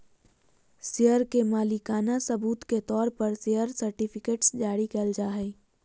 share के मालिकाना सबूत के तौर पर शेयर सर्टिफिकेट्स जारी कइल जाय हइ